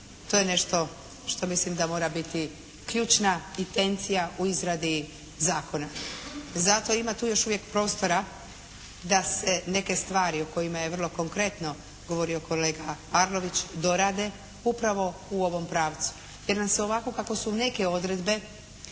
To je nešto što mislim da mora biti ključna intencija u izradi zakona. Zato ima tu još uvijek prostora da se neke stvari o kojima je vrlo konkretno govorio kolega Arlović dorade, upravo u ovom pravcu. Te nam se ovako kako su neke odredbe